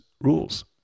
rules